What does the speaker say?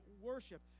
worship